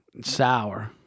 sour